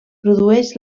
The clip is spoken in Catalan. produeix